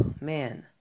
man